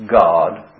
God